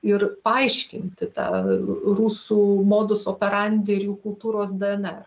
ir paaiškinti tą rusų modus operandi ir jų kultūros dnr